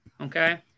okay